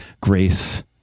grace